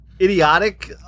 idiotic